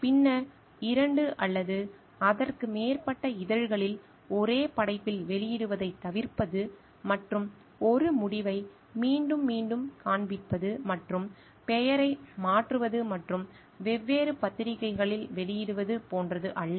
பின்னர் 2 அல்லது அதற்கு மேற்பட்ட இதழ்களில் ஒரே படைப்பில் வெளியிடுவதைத் தவிர்ப்பது மற்றும் ஒரு முடிவை மீண்டும் மீண்டும் காண்பிப்பது மற்றும் பெயரை மாற்றுவது மற்றும் வெவ்வேறு பத்திரிகைகளில் வெளியிடுவது போன்றது அல்ல